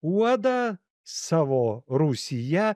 uodą savo rūsyje